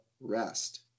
rest